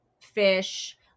fish